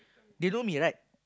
they know me right